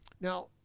Now